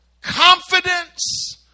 Confidence